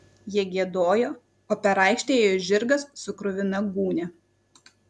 jie giedojo o per aikštę ėjo žirgas su kruvina gūnia